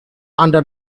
under